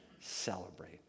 celebrate